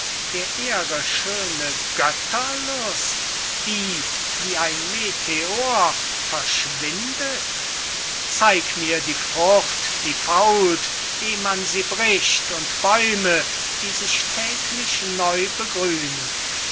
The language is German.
der ehre schöne götterlust die wie ein meteor verschwindet zeig mir die frucht die fault eh man sie bricht und bäume die sich täglich neu begrünen